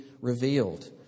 revealed